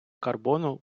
карбону